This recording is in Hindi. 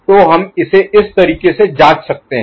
तो हम इसे इस तरीके से जांच सकते हैं